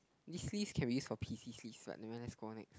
this list can be used for pieces list but never mind let's go on next